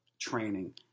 Training